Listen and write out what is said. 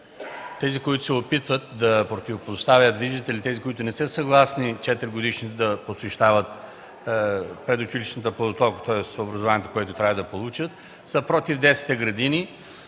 тези, които се опитват да се противопоставят – виждате ли, които не са съгласни четиригодишните да посещават предучилищната подготовка – образованието, което трябва да получат, са против детските градини;